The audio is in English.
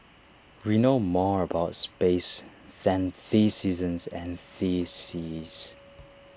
we know more about space than the seasons and the seas